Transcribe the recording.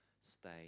stay